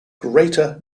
greater